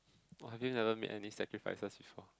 !wah! I really never meet any sacrifices before